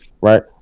right